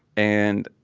and,